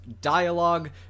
dialogue